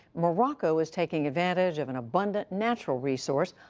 morocco is taking advantage of an abundant natural resource,